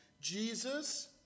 Jesus